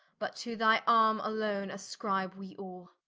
but to thy arme alone, ascribe we all